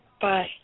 Bye